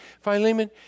Philemon